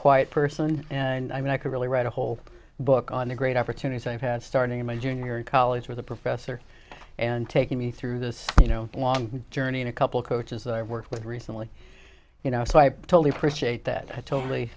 quiet person and i mean i could really write a whole book on the great opportunities i have had starting in my junior college with a professor and taking me through this you know long journey in a couple coaches that i worked with recently you know so i totally appreciate that i totally